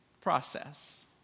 process